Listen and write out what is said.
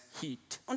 heat